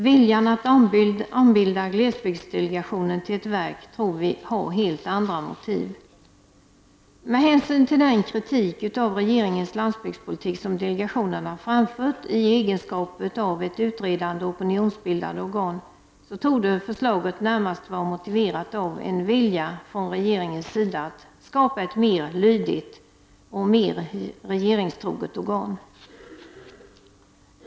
Önskemålet att ombilda glesbygdsdelegationen till ett verk tror vi har helt andra motiv. Med hänsyn till den kritik av regeringens landsbygdspolitik som delegationen har framfört i egenskap av ett utredande och opinionsbildande organ torde förslaget närmast vara motiverat av en önskan från regeringens sida att skapa ett mer lydigt och mer regeringstroget organ.